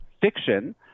fiction